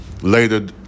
later